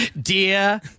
Dear